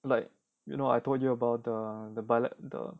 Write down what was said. like you know I told you about the the bilat~ the